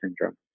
syndrome